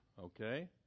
okay